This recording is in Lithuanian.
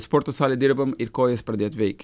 sporto salėj dirbom ir kojas pradėt veik